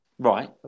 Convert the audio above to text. Right